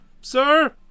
sir